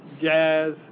jazz